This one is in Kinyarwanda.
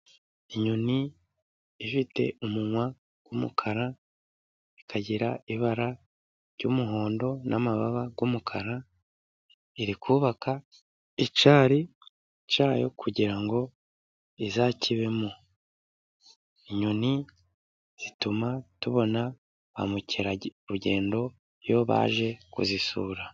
Inyoni ifite umunwa w'umukara, ikagira ibara ry'umuhondo n'amababa y'umukara, iri kubaka icyari cyayo kugira ngo izakibemo. Inyoni zituma tubona ba mukerarugendo iyo baje kuzisura.